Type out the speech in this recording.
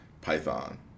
Python